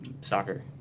Soccer